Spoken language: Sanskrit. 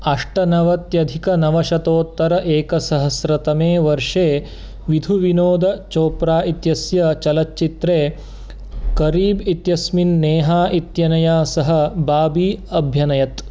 अष्टनवत्यघिकनवशतोत्तर एकसहस्रतमे वर्षे विधुविनोदचोप्रा इत्यस्य चलच्चित्रे करीब् इत्यस्मिन् नेहा इत्यनया सह बाबी अभ्यनयत्